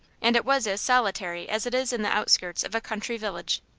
and it was as solitary as it is in the outskirts of a country village.